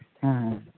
ᱦᱮᱸ ᱦᱮᱸ